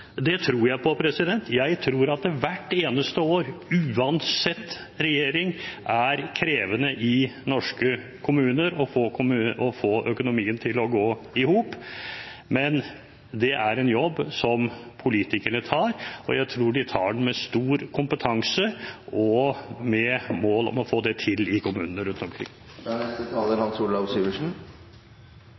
Det tror jeg på. Jeg tror at det hvert eneste år, uansett regjering, er krevende å få økonomien til å gå i hop i norske kommuner. Men det er en jobb politikerne tar. Jeg tror de tar den med stor kompetanse og med mål om å få det til i kommunene rundt omkring.